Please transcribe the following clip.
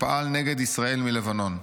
שפעל נגד ישראל מלבנון.